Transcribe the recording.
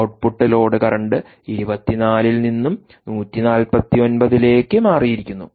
output output load current 24 ൽ നിന്ന് 149 ലേക്ക് മാറിയിരിക്കുന്നു